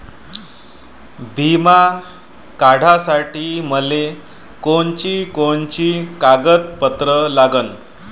बिमा काढासाठी मले कोनची कोनची कागदपत्र लागन?